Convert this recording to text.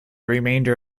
remainder